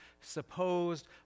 supposed